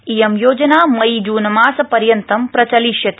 इयं योजना मई जुन मास पर्यन्तं प्रचलिष्यति